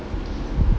mm